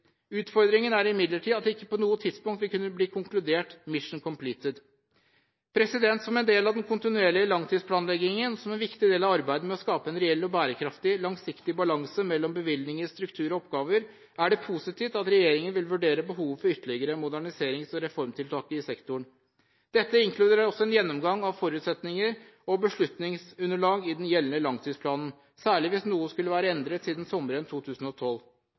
Utfordringen er imidlertid at det ikke på noe tidspunkt vil kunne bli konkludert med «mission completed». Som en del av den kontinuerlige langtidsplanleggingen, som en viktig del av arbeidet med å skape en reell, bærekraftig og langsiktig balanse mellom bevilgninger, struktur og oppgaver, er det positivt at regjeringen vil vurdere behov for ytterligere moderniserings- og reformtiltak i sektoren. Dette inkluderer også en gjennomgang av forutsetninger og beslutningsunderlag i den gjeldende langtidsplanen, særlig hvis noe skulle være endret siden sommeren 2012.